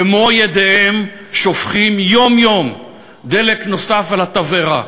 במו-ידיהם שופכים יום-יום דלק נוסף על התבערה?